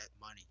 money